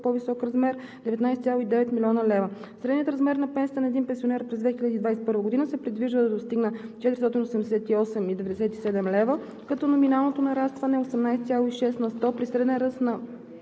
по-висок размер – 19,9 млн. лв. Средният размер на пенсията на един пенсионер през 2021 г. се предвижда да достигне 488,97 лв., като номиналното нарастване е 18,6 на